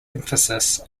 emphasis